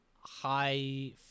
high